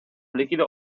líquido